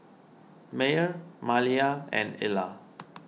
Meyer Maliyah and Ilah